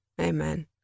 amen